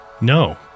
No